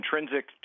intrinsic